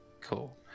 cool